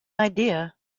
idea